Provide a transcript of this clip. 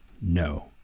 no